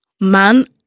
man